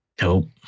Nope